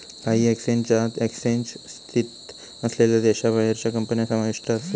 काही एक्सचेंजात एक्सचेंज स्थित असलेल्यो देशाबाहेरच्यो कंपन्या समाविष्ट आसत